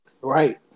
right